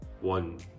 one